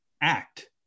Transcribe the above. act